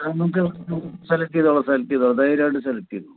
ആ നമുക്ക് സെലക്ട് ചെയ്തോളു സെലക്ട് ചെയ്തോളു ധൈര്യമായിട്ട് സെലക്ട് ചെയ്തോളു